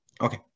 Okay